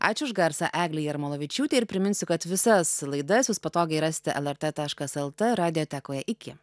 ačiū už garsą eglei jarmolavičiūtei ir priminsiu kad visas laidas jūs patogiai rasite el er t taškas el te radijotekoje iki